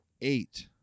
eight